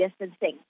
distancing